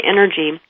Energy